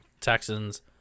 Texans